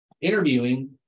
interviewing